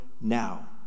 now